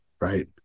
right